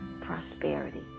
prosperity